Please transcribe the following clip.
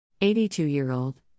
82-year-old